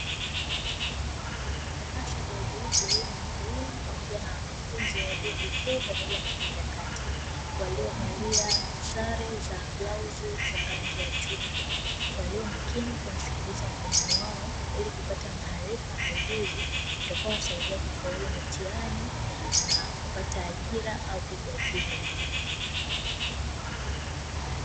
Darasa dogo lililo na mwalimu pamoja na wanafunzi wa vyuo vikuu pamoja na vyuo vya kati waliovalia sare za blauzi za rangi ya chungwa, waliomakini kumsikiliza mwalimu wao ili kupata maarifa na ujuzi utakaowasaidia kufaulu mitihani na kupata ajira au kujiajiri wenyewe.